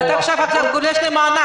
אבל אתה עכשיו גולש למענק.